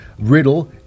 Riddle